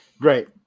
great